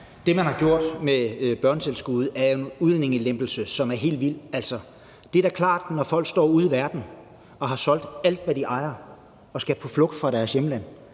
Det, man har gjort med børnetilskuddet, er jo en udlændingelempelse, som er helt vild. Altså, det er da klart, at når folk ude i verden står og har solgt alt, hvad de ejer, og skal på flugt fra deres hjemland,